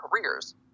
careers